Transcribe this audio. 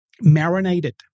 marinated